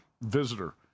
visitor